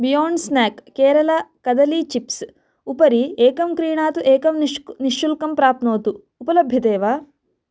beyond snack Kerala कदली chips उपरि एकं क्रीणातु एकं निश्क् निःशुल्कं प्राप्नोतु उपलभ्यते वा